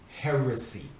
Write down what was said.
heresy